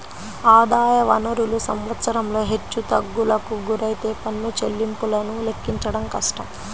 ఆదాయ వనరులు సంవత్సరంలో హెచ్చుతగ్గులకు గురైతే పన్ను చెల్లింపులను లెక్కించడం కష్టం